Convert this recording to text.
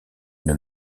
une